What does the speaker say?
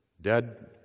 Dead